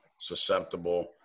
susceptible